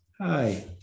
Hi